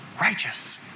righteous